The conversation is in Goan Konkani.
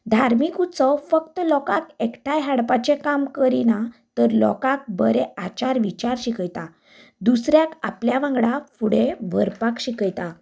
धार्मीक उत्सव फक्त लोकांक एकठांय हाडपाचें काम करिना तर लोकांक बरें आचार विचार शिकयतात दुसऱ्याक आपल्या वांगडा फुडें व्हरपाक शिकयतात